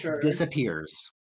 disappears